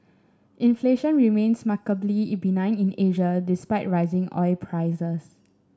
inflation remains benign in Asia despite rising oil prices